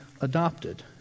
adopted